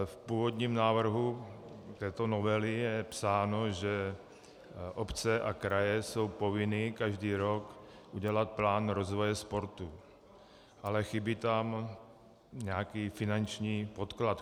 V původním návrhu této novely je psáno, že obce a kraje jsou povinny každý rok udělat plán rozvoje sportu, ale chybí tam k tomu nějaký finanční podklad.